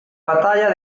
batalla